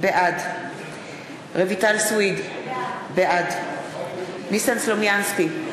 בעד רויטל סויד, בעד ניסן סלומינסקי,